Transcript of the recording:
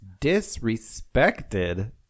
Disrespected